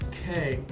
Okay